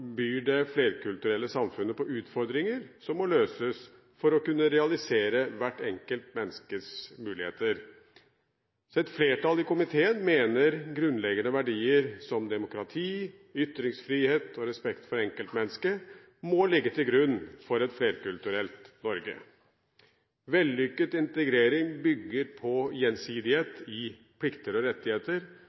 byr det flerkulturelle samfunnet på utfordringer som må løses for å kunne realisere hvert enkelt menneskes muligheter. Et flertall i komiteen mener grunnleggende verdier som demokrati, ytringsfrihet og respekt for enkeltmennesket må ligge til grunn for et flerkulturelt Norge. Vellykket integrering bygger på gjensidighet i plikter og rettigheter,